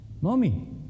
Mommy